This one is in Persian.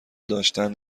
داشتند